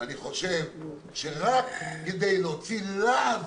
אני חושב שרק כדי להוציא לעז